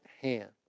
hand